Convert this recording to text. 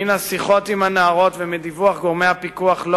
מן השיחות עם הנערות ומדיווח גורמי הפיקוח לא